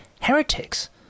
heretics